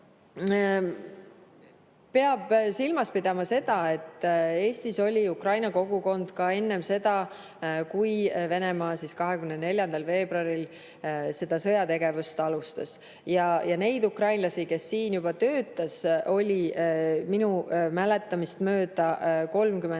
Peab silmas pidama seda, et Eestis oli ukraina kogukond ka enne seda, kui Venemaa 24. veebruaril sõjategevust alustas. Neid ukrainlasi, kes siin juba töötasid, oli minu mäletamist möödacirca30